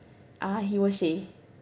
ah he will say